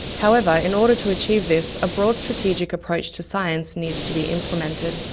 however, in order to achieve this, a broad strategic approach to science needs to be implemented.